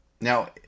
Now